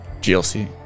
GLC